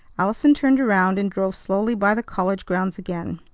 allison turned around, and drove slowly by the college grounds again.